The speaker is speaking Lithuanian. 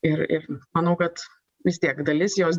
ir ir manau kad vis tiek dalis jos